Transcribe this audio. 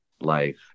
life